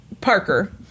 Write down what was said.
Parker